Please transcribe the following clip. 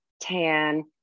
tan